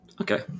Okay